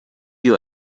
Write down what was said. you